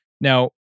Now